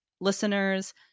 listeners